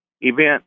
event